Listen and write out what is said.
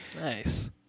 Nice